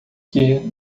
que